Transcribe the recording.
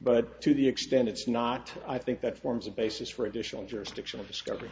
but to the extent it's not i think that forms a basis for additional jurisdictional discovery